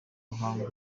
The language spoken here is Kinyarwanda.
ruhango